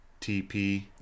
TP